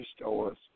stores